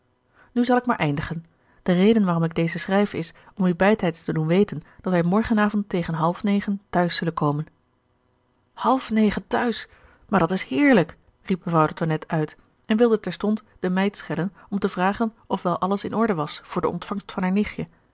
nu zal ik maar eindigen de reden waarom ik dezen schrijf is om u bij tijds te doen weten dat wij morgen avond tegen half negen t'huis zullen komen half negen t'huis maar dat is heerlijk riep mevrouw de tonnette uit en wilde terstond de meid schellen om te vragen of wel alles in orde was voor de ontvangst van haar nichtje